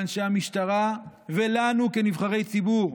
לאנשי המשטרה ולנו כנבחרי ציבור.